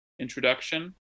introduction